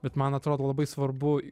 bet man atrodo labai svarbu